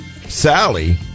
Sally